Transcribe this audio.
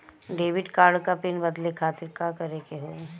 Debit card क PIN बदले खातिर का करेके होई?